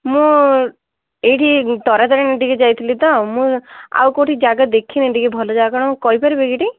ମୁଁ ଏଇଠି ତାରାତରିଣୀ ଟିକେ ଯାଇଥିଲି ତ ମୁଁ ଆଉ କେଉଁଉଠି ଜାଗା ଦେଖିନି ଟିକେ ଭଲ ଜାଗା ଆଉ କହିପାରିବେ କି ଏଇଠି